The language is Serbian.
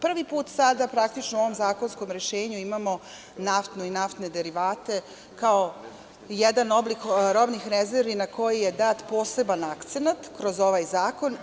Prvi put, praktično sada u ovom zakonskom rešenju imamo naftu i naftne derivate, kao jedan oblik robnih rezervi na kojije dat poseban akcenat kroz ovaj zakon.